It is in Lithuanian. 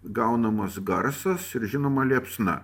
gaunamas garsas ir žinoma liepsna